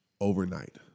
overnight